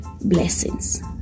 Blessings